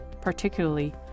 particularly